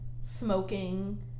smoking